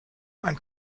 ein